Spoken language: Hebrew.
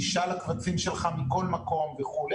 גישה לקבצים שלך מכל מקום וכו'.